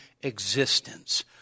existence